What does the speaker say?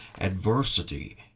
adversity